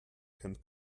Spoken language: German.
kennt